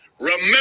remember